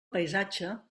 paisatge